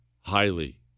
highly